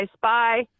Bye